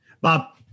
Bob